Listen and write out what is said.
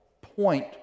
point